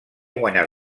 guanyat